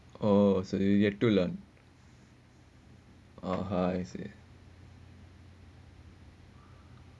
oh sorry you have to lah ah ha I see